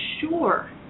sure